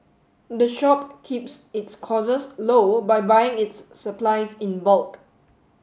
the shop keeps its costs low by buying its supplies in bulk